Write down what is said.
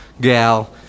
gal